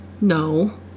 No